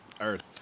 Earth